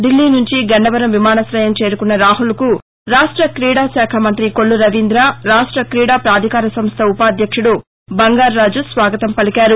ఢిల్లీ నుంచి గన్నవరం విమానాశయం చేరుకున్న రాహుల్కు రాష్ట క్రీడాశాఖ మంతి కొల్లు రవీంద రాష్ట క్రీడా పాధికార సంస్ట ఉపాధ్యక్షుడు బంగారాజు స్వాగతం పలికారు